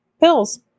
pills